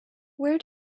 where